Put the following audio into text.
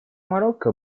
марокко